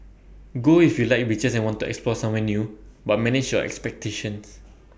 go if you like beaches and want to explore somewhere new but manage your expectations